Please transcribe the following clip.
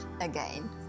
again